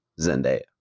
Zendaya